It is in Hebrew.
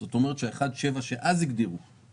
זאת אומרת שה-1.7 שהגדירו אז,